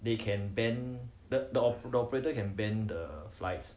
they can ban the op~ operator can ban the flights